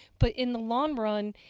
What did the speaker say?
but in the long run,